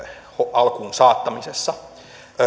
alkuun saattamisessa